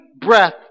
breath